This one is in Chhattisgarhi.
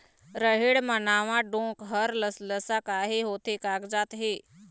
रहेड़ म नावा डोंक हर लसलसा काहे होथे कागजात हे?